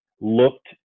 looked